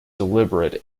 deliberate